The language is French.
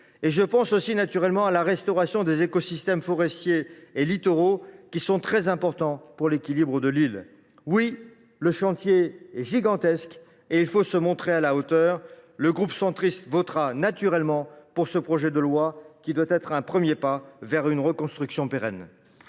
; je pense aussi, naturellement, à la restauration des écosystèmes forestiers et littoraux, qui sont très importants pour l’équilibre de l’île. Oui, le chantier est gigantesque et il faut se montrer à la hauteur. Le groupe Union Centriste votera pour ce projet de loi, qui doit être un premier pas vers une reconstruction pérenne.